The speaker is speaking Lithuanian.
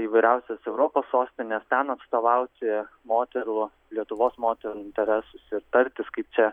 įvairiausias europos sostines ten atstovauti moterų lietuvos moterų interesus ir tartis kaip čia